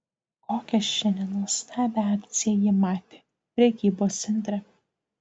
kokią šiandien nuostabią akciją ji matė prekybos centre